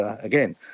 Again